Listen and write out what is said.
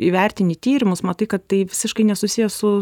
įvertini tyrimus matai kad tai visiškai nesusiję su